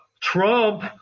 Trump